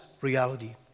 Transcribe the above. reality